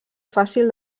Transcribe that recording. fàcil